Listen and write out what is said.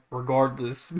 regardless